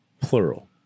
Plural